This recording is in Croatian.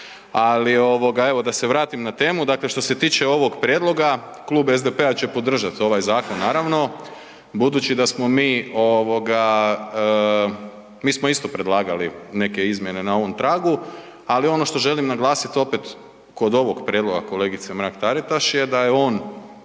Ali ovoga, da se vratim na temu, dakle što se tiče ovog prijedloga, Klub SDP-a će podržati ovaj zakon naravno, budući da smo mi, mi smo isto predlagali neke izmjene na ovom tragu, ali ono što želim naglasiti opet kod ovog prijedloga kolegice Mrak-Taritaš je da je on